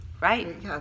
Right